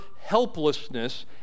helplessness